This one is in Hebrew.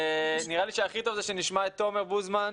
נראה לי שהכי טוב שנשמע את תומר בוזמן,